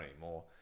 anymore